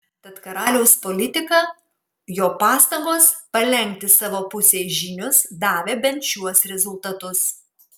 tad karaliaus politika jo pastangos palenkti savo pusėn žynius davė bent šiuos rezultatus